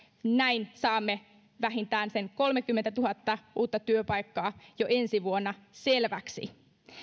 näin saamme vähintään sen kolmekymmentätuhatta uutta työpaikkaa jo ensi vuonna selväksi